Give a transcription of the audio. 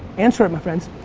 answer him, my friends.